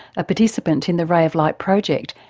a participant in the ray of light project,